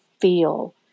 feel